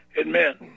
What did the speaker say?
admit